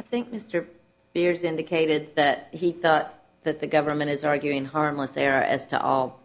i think mr beers indicated that he thought that the government is arguing harmless error as to all